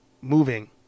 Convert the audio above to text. moving